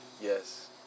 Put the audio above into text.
Yes